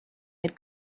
had